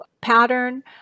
pattern